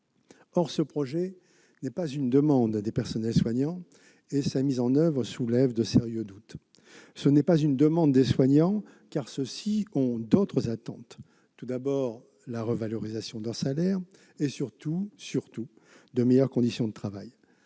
Or il ne s'agit pas d'une demande des personnels soignants et sa mise en oeuvre soulève de sérieux doutes. Ce n'est pas une demande des soignants, car ceux-ci ont d'autres attentes. Tout d'abord, ils souhaitent la revalorisation de leurs salaires et, surtout, de meilleures conditions de travail,